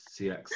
CX